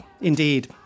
indeed